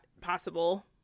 possible